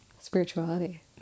spirituality